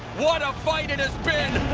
what a fight it has been.